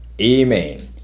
Amen